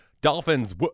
Dolphins